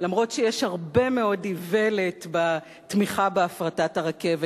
למרות שיש הרבה מאוד איוולת בתמיכה בהפרטה הרכבת.